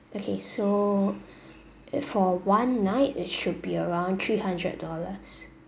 okay so for one night it should be around three hundred dollars